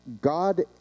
God